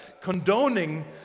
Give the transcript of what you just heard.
condoning